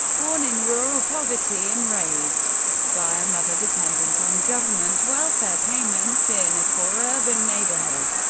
born in rural poverty, and raised by a mother dependent on government welfare payments in a poor urban neighbourhood,